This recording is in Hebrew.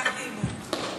לקחתי הימור.